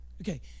okay